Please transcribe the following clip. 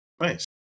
Nice